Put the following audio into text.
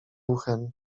uchem